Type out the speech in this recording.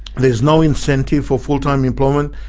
there's no incentive for full-time employment,